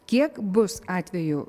kiek bus atvejų